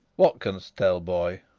what canst tell, boy?